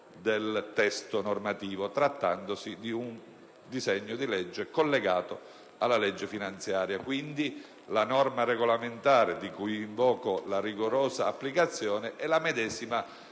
del testo normativo, trattandosi di un disegno di legge collegato alla legge finanziaria. Quindi, la norma regolamentare di cui invoco la rigorosa applicazione è la medesima